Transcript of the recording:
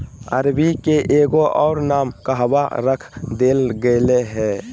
अरबी के एगो और नाम कहवा रख देल गेलय हें